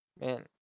Man